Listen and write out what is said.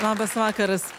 labas vakaras